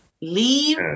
Leave